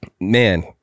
man